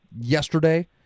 yesterday